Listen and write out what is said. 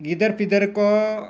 ᱜᱤᱫᱟᱹᱨ ᱯᱤᱫᱟᱹᱨ ᱠᱚ